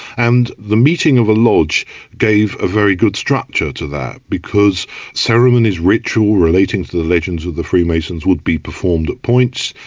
and the meeting of a lodge gave a very good structure to that, because ceremonies, ritual relating to the legends of the freemasons would be performed at points,